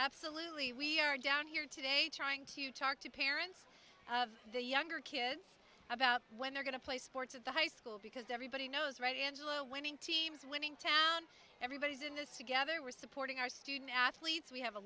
absolutely we are down here today trying to talk to parents of the younger kids about when they're going to play sports at the high school because everybody knows right angelot winning teams winning town everybody's in this together we're supporting our student athletes we have a